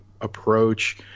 approach